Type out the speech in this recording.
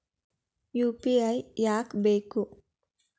UPI ಯಾಕ್ ಬೇಕು?